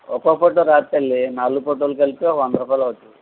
ఒక్కో ఫొటో రాదు తల్లి నాలుగు ఫొటోలు కలిపి వంద రూపాయలు అవుతుంది